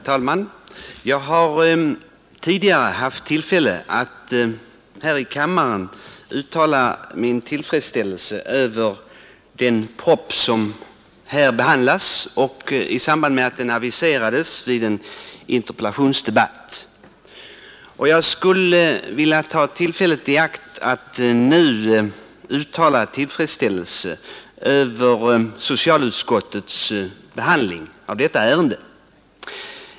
Herr talman! Jag har tidigare haft tillfälle att här i kammaren uttala min tillfredsställelse över den proposition som nu behandlas — jag gjorde det i samband med att den aviserades vid en interpellationsdebatt — och jag skulle vilja ta tillfället i akt att nu också uttala tillfredsställelse över socialutskottets behandling av detta ärende.